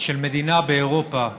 של מדינה באירופה,